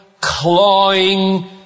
clawing